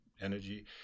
energy